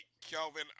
Kelvin